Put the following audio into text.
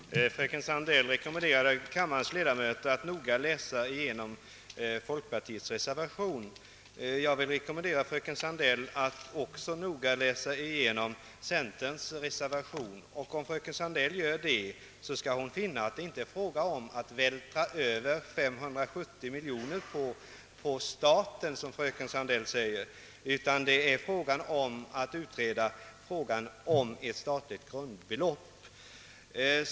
Herr talman! Fröken Sandell rekommenderade kammarens ledamöter att noga läsa igenom folkpartiets reservation. Jag vill rekommendera fröken Sandell att också noga läsa igenom centerns reservation. Om fröken Sandell gör det skall hon finna att det inte är fråga om att vältra över 570 miljoner kronor på staten, som fröken Sandell säger, utan att utreda frågan om ett statligt grundbelopp.